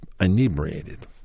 inebriated